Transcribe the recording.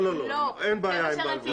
לא, אין בעיה עם הלוואות.